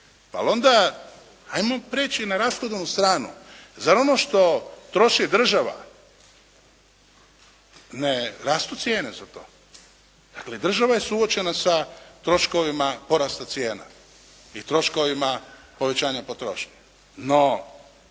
ali onda ajmo preći na rashodovnu stranu. Zar ono što troši država ne rastu cijene za to? Dakle i država je suočena sa troškovima porasta cijena i troškovima povećanja potrošnje.